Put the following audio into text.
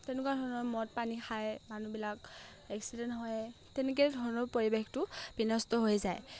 তেনেকুৱা ধৰণৰ মদ পানী খায় মানুহবিলাক এক্সিডেণ্ট হয় তেনেকৈ ধৰণৰ পৰিৱেশটো বিনষ্ট হৈ যায়